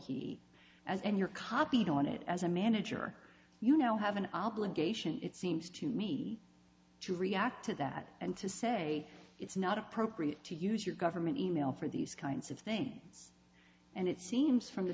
he as and you're copied on it as a manager you know have an obligation it seems to me to react to that and to say it's not appropriate to use your government e mail for these kinds of things and it seems from the